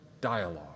dialogue